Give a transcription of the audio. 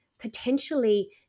potentially